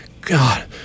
God